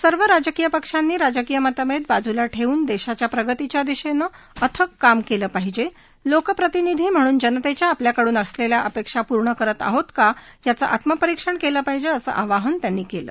सर्व राजकीय पक्षांनी राजकीय मतभेद बाजूला ठेवून देशाच्या प्रगतीच्या दिशेनं अथक काम केलं पाहिजे लोकप्रतिनिधी म्हणून जनतेच्या आपल्याकडून असलेल्या अपेक्षा पूर्ण करत आहोत का याचं आत्मपरिक्षण केलं पाहिजे असं आवाहन त्यांनी केलं